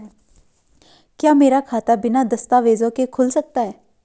क्या मेरा खाता बिना दस्तावेज़ों के खुल सकता है?